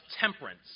temperance